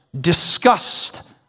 disgust